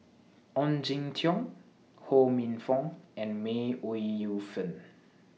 Ong Jin Teong Ho Minfong and May Ooi Yu Fen